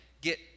get